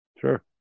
Sure